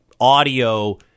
audio